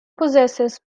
possesses